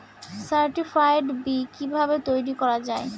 Certified বি কিভাবে তৈরি করা যায়?